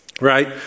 right